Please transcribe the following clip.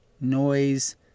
noise